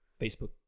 Facebook